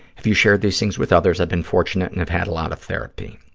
have you shared these things with others? i've been fortunate and have had a lot of therapy.